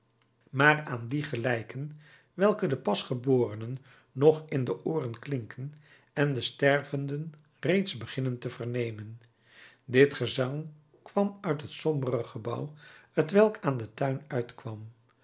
maar aan die gelijken welke de pasgeborenen nog in de ooren klinken en de stervenden reeds beginnen te vernemen dit gezang kwam uit het sombere gebouw t welk aan den tuin uitkwam